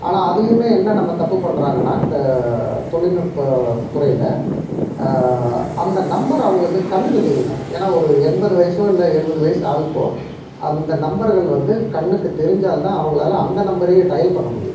ஆனால் அதுலையுமே என்ன நம்ம தப்பு பண்ணுறாங்கன்னா இந்த தொழில்நுட்ப துறையில் அந்த நம்பர் அவர்களுக்கு கண்ணுக்கு தெரியணும் ஏன்னால் ஒரு எண்பது வயதோ இல்லை எழுபது வயது ஆளுக்கோ அந்த நம்பர்கள் வந்து கண்ணுக்கு தெரிஞ்சால் தான் அவர்களால அந்த நம்பரையே டயல் பண்ண முடியும்